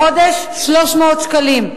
בחודש זה 300 שקלים.